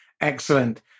Excellent